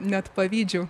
net pavydžiu